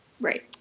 Right